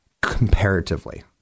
comparatively